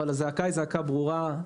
הזעקה היא זעקה ברורה.